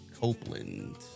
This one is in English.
Copeland